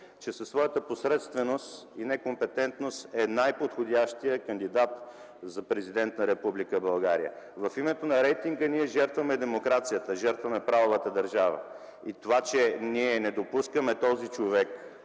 че със своята посредственост и некомпетентност е най-подходящият кандидат за президент на Република България. В името на рейтинга ние жертваме демокрацията, жертваме правовата държава. И това, че управляващото мнозинство